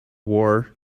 wore